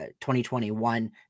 2021